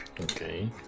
okay